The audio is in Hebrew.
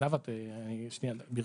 אנחנו